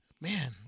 Man